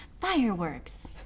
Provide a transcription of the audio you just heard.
fireworks